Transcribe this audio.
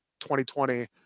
2020